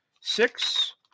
six